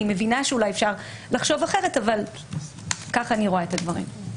אני מבינה שאולי אפשר לחשוב אחרת אבל כך אני רואה את הדברים.